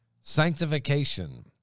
Sanctification